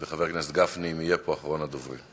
חבר הכנסת גפני, אם יהיה פה, אחרון הדוברים.